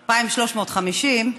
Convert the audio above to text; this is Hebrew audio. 2,350,